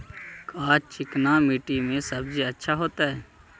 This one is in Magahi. का चिकना मट्टी में सब्जी अच्छा होतै?